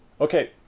okay,